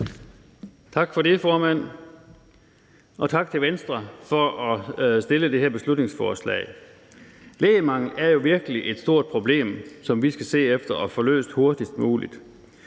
Tak for det, formand, og tak til Venstre for at fremsætte det her beslutningsforslag. Lægemangel er jo virkelig et stort problem, som vi skal se at få løst hurtigst muligt.